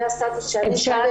זה הסטטוס שאני יכולה